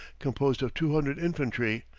composed of two hundred infantry,